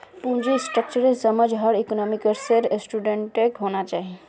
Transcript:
पूंजी स्ट्रक्चरेर समझ हर इकोनॉमिक्सेर स्टूडेंटक होना चाहिए